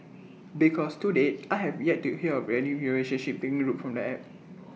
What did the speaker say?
because to date I have yet to hear of any relationship taking root from the app